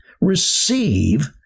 receive